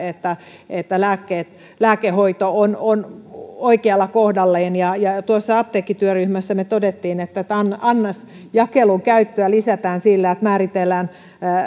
niin että lääkehoito on on kohdallaan ja ja tuossa apteekkityöryhmässä me totesimme että annosjakelun käyttöä lisätään sillä että määritellään